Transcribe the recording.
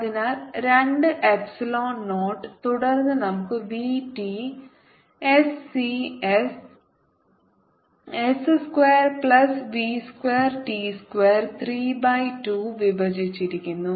അതിനാൽ 2 epsilon naught തുടർന്ന് നമുക്ക് V T S D S s square plus v square t square 3 by 2 വിഭജിച്ചിരിക്കുന്നു